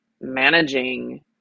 managing